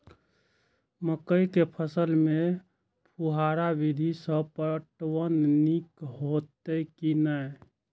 मकई के फसल में फुहारा विधि स पटवन नीक हेतै की नै?